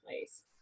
place